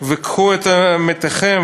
הוא כתב בפייסבוק,